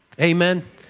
Amen